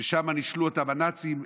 ששם נישלו אותם הנאצים,